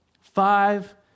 Five